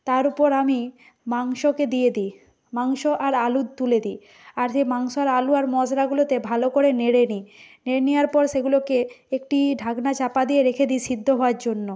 তার উপর আমি মাংসকে দিয়ে দিই মাংস আর আলু তুলে দিই আর সেই মাংস আর আলু আর মশলাগুলোতে ভালো করে নেড়ে নিই নেড়ে নেওয়ার পর সেগুলোকে একটি ঢাকনা চাপা দিয়ে রেখে দিই সিদ্ধ হওয়ার জন্য